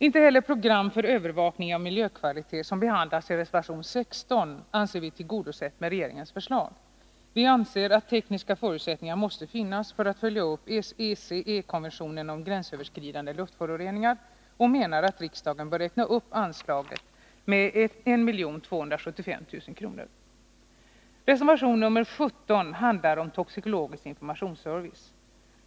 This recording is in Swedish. Inte heller programmet för övervakning av miljökvalitet, som behandlas i reservation 16, anser vi tillgodosett med regeringens förslag. Vi anser att tekniska förutsättningar måste finnas för att följa upp ECE-konventionen om gränsöverskridande luftföroreningar, och vi menar att riksdagen bör räkna upp anslaget med 1275 000 kr. Reservation 17 handlar om toxikologisk informationsservice.